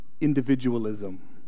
individualism